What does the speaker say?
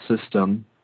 system